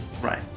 Right